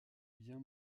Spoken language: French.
bien